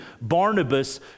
Barnabas